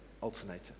Alternator